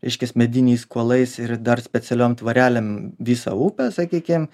reiškias mediniais kuolais ir dar specialiom tvorelėm visą upę sakykim